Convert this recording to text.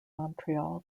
montreal